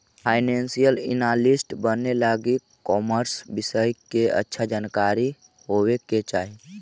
financial analyst बने लगी commerce विषय के जानकारी अच्छा होवे के चाही